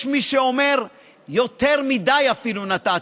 יש מי שאומר: יותר מדי אפילו נתתי.